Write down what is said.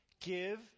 Give